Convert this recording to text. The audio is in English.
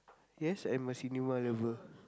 yes I'm a cinema lover